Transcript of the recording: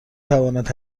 تواند